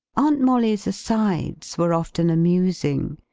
aunt molly's asides were often amusing.